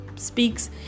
speaks